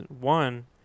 one